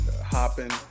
Hopping